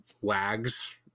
wags